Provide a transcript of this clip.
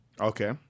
Okay